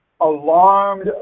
alarmed